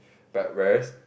but whereas